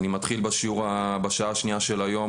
אני מתחיל בשנה השנייה של היום,